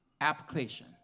Application